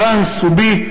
טרנס ובי,